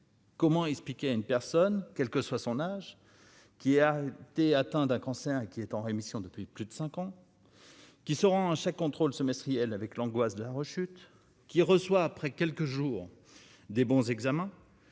comment expliquer à une personne, quel que soit son âge, qui a été atteint d'un cancer, qui est en rémission depuis plus de 5 ans, qui se rend à chaque contrôle semestriel avec l'angoisse de la rechute qui reçoit, après quelques jours, des bons examens